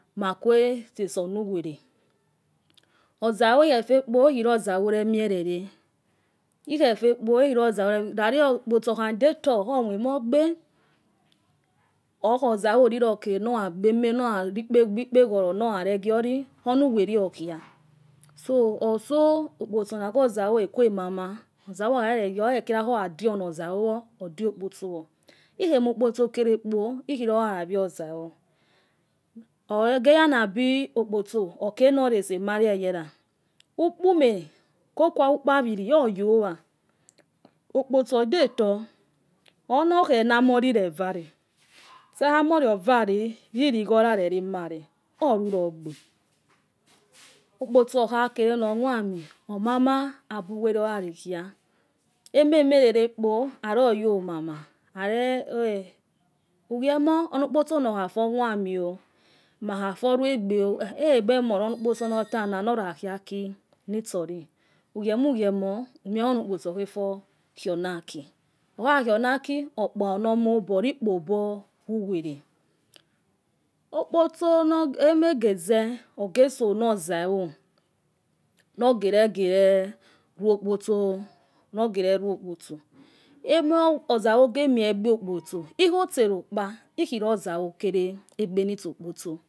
Makue sesonu were ozawo ikhefe kpo ikirozawo aremie rere ikhefekpo ikh irozawo re mie rari okpotso okha detor khomoi mogbe okhozawo rirokere nora gbe ikpegoro nora regiori oruwere okhia so oso okpotso rago zawo ekuwe mamah ozawo okhare rekira oradio nozawowor odiokpotso wo ikhemokpotso kerekpo ikirirora ravior zawo oreyanabi okpotso okere norese mare weyara ukpu ome kokuwa ukpa aviri oyowa okpotso odetor ono khe namori revare st khamori ovare ririghora rerema ne orueogbe okpotso okhakerenomua mi omama abu were rari khia eme merekpo aroyo mama are eh ugie mor onokpotso na okhafo moimieo makhafor ruegbeo egbebemoro ror onokposo nata nora khi aki nuosori ugie mor ugie mor umie ohokoso okhefor kionakaki okhaki onaki okpaono omo obo ori kpobo uwere okotso emegeze ogeso nor zawo nogerege re rokpotso nor zawo nogerege re rokpotso nor gere rokpotso emo zawo gie mie egbo potso ikhi otse okpa ikhiro zawo kerewegbe niotopotso.